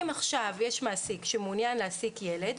אם עכשיו יש מעסיק שמעוניין להעסיק ילד,